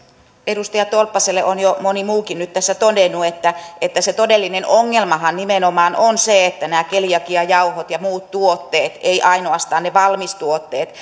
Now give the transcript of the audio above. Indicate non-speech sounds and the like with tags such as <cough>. edustaja tolppaselle on jo moni muukin nyt tässä todennut että että se todellinen ongelmahan nimenomaan on se että nämä keliakiajauhot ja muut tuotteet eivät ainoastaan ne valmistuotteet <unintelligible>